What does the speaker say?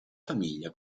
famiglia